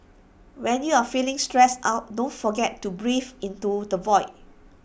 when you are feeling stressed out don't forget to breathe into the void